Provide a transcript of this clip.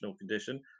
condition